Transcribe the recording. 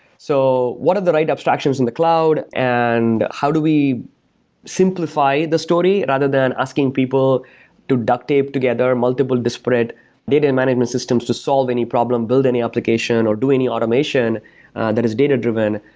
so what are the right abstractions in the cloud and how do we simplify the story rather than asking people to duct tape together multiple disparate data management systems to solve any problem, build any application or do any automation that is data-driven?